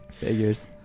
Figures